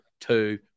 two